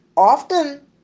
Often